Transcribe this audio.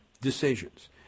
decisions